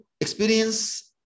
experience